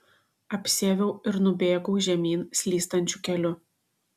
apsiaviau ir nubėgau žemyn slystančiu keliu